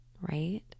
right